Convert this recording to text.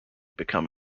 become